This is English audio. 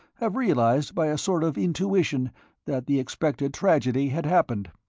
have realized by a sort of intuition that the expected tragedy had happened.